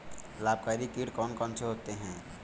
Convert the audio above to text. लाभकारी कीट कौन कौन से होते हैं?